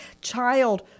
Child